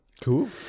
Cool